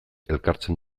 elkartzen